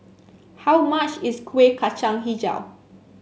how much is Kuih Kacang hijau